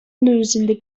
losing